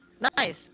Nice